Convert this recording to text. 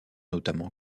notamment